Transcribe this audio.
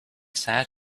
sat